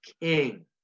king